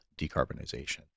decarbonization